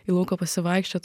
į lauką pasivaikščiot